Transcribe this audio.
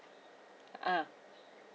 ah